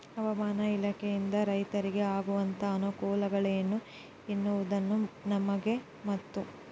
ಹವಾಮಾನ ಇಲಾಖೆಯಿಂದ ರೈತರಿಗೆ ಆಗುವಂತಹ ಅನುಕೂಲಗಳೇನು ಅನ್ನೋದನ್ನ ನಮಗೆ ಮತ್ತು?